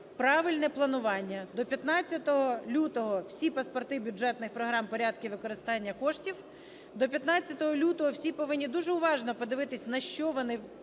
правильне планування. До 15 лютого всі паспорти бюджетних програм в порядку використання коштів, до 15 лютого всі повинні дуже уважно подивитись, на що вони планують